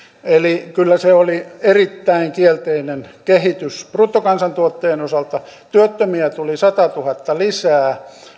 eli kyllä se oli erittäin kielteinen kehitys bruttokansantuotteen osalta työttömiä tuli satatuhatta lisää